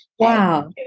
Wow